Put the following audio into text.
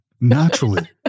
Naturally